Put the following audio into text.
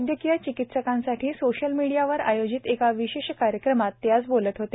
वैद्यकीय चिकीत्सकांसाठी सोशल मिडियावर आयोजित एका विशेष कार्यक्रमात ते आज बोलत होते